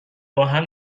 باهم